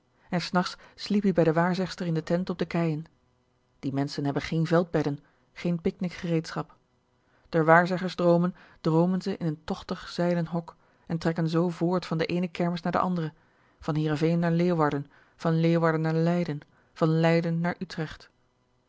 en s nachts sliep ie bij de waarzegster in de tent op de keien die menschen hebben geen veldbedden geen picnic gereedschap d'r waarzeggersdroomen droomen ze in t tochtig zeilen hok en trekken zoo voort van de eene kermis naar de andre van heerenveen naar leeuwarden van leeuwarden naar leiden van leiden naar utrecht